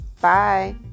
Bye